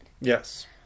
Yes